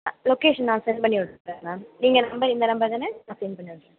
location நான் send பண்ணிவிட்றேன் ma'am நீங்கள் நம்பர் இந்த நம்பர் தானே நான் சென்ட் பண்ணிவிட்றேன்